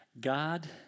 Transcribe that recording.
God